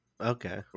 Okay